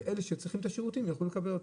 לקבל את השירותים יוכלו לקבל אותם.